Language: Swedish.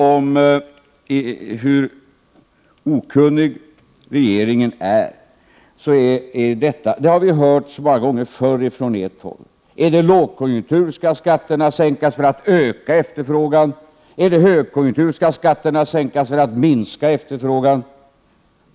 Vi har ju hört så många gånger förr från ert håll att är det lågkonjunktur skall skatterna sänkas för att öka efterfrågan, är det högkonjunktur skall skatterna sänkas för att minska efterfrågan.